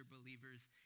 believers